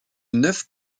neuf